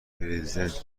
پرزیدنت